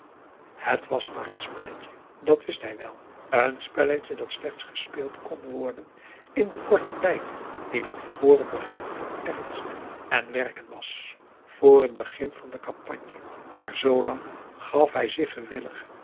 het was maar een spelletje dat wist hij wel een spelletje dat slechts gespeeld kon worden in den korten tijd die nog vor het begin van ernst en werken was voor het begin van de campagne maar zoo lang augusta de wit orpheus in de dessa gaf hij zich gewillig